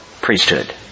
priesthood